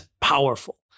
powerful